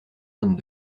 vingt